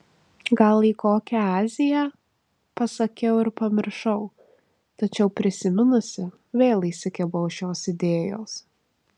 gal į kokią aziją pasakiau ir pamiršau tačiau prisiminusi vėl įsikibau šios idėjos